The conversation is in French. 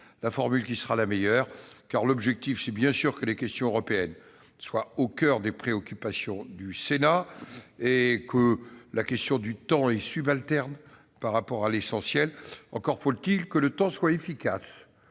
la formule qui sera la meilleure. Il s'agit de faire en sorte que les questions européennes soient au coeur des préoccupations du Sénat. Si la question du temps est subalterne par rapport à l'essentiel, encore faut-il que le temps soit efficace.